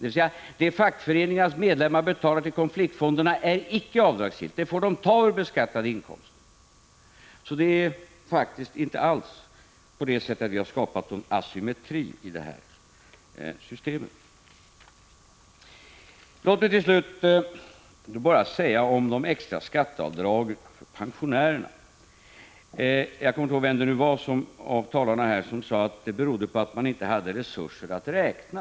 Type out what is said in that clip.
Det fackföreningarnas medlemmar betalar till konfliktfonden är alltså inte avdragsgillt utan får tas av beskattade inkomster. Vi har sålunda inte alls skapat någon asymmetri i systemet. Låt mig till slut bara säga några ord om de extra skatteavdragen för pensionärerna. Jag kommer nu inte ihåg vem av talarna det var som sade att frånvaron av förslag från utskottet berodde på att utskottet inte hade haft resurser att räkna.